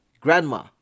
Grandma